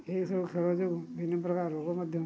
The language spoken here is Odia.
ଏହିସବୁ ଖେଳ ଯୋଗୁଁ ବିଭିନ୍ନ ପ୍ରକାର ରୋଗ ମଧ୍ୟ